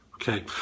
Okay